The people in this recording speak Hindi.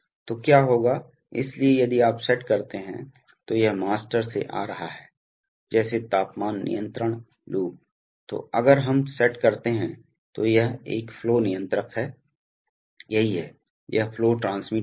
तो क्या होगा इसलिए यदि आप सेट करते हैं तो यह मास्टर से आ रहा है जैसे तापमान नियंत्रण लूप तो अगर हम सेट करते हैं तो यह एक फ्लो नियंत्रक है यही है यह फ्लो ट्रांसमीटर है